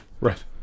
Right